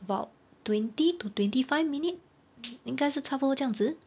about twenty to twenty five minutes 应该是差不多这样子